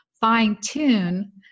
fine-tune